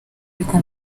ariko